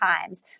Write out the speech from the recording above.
times